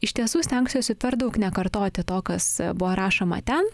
iš tiesų stengsiuosi per daug nekartoti to kas buvo rašoma ten